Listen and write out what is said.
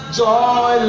joy